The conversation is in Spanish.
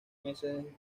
meses